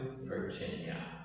Virginia